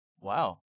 Wow